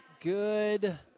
Good